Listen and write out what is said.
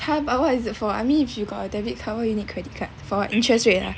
how about what is it for I mean if you got a debit card why you need credit card for what interest rate ah